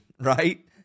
Right